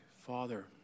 father